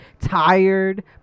tired